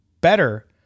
better